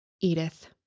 Edith